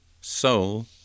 soul